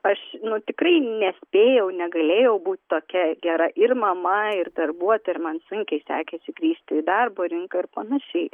aš nu tikrai nespėjau negalėjau bū tokia gera ir mama ir darbuoto ir man sunkiai sekėsi grįžti į darbo rinką ir panašiai